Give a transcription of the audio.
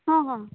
ହଁ ହଁ